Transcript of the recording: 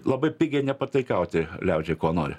labai pigiai nepataikauti liaudžiai ko nori